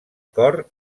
cor